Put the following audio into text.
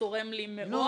צורם לי מאוד.